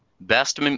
Best